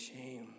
shame